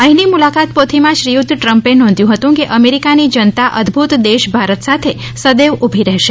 અહી ની મુલાકાત પોથી માં શ્રીયુત ટ્રમ્પે નોંધ્યું હતું કે અમેરિકા ની જનતા અદભૂત દેશ ભારત સાથે સદૈવ ઊભી રહેશે